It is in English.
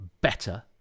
better